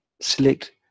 select